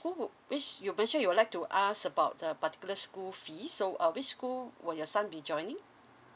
who would which you mention you would like to ask about the particular school fees so uh which school will your son be joining